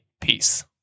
peace